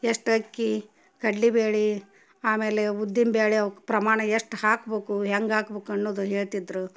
ಎಷ್ಟು ಅಕ್ಕಿ ಕಡ್ಲೆಬ್ಯಾಳಿ ಆಮೇಲೆ ಉದ್ದಿನ ಬೇಳೆ ಅವ್ಕೆ ಪ್ರಮಾಣ ಎಷ್ಟು ಹಾಕ್ಬೇಕು ಹೆಂಗೆ ಹಾಕ್ಬೇಕು ಅನ್ನುದು ಹೇಳ್ತಿದ್ದರು